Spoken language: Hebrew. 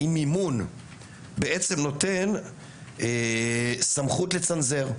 האם מימון בעצם נותן סמכות לצנזר,